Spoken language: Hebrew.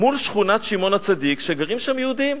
מול שכונת שמעון-הצדיק, שגרים שם יהודים,